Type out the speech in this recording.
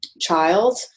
child